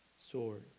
sword